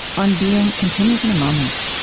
on being continues in a moment